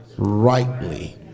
rightly